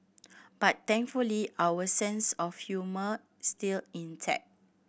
but thankfully our sense of humour still intact